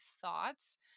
thoughts